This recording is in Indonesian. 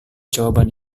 jawaban